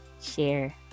share